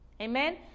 Amen